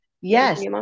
Yes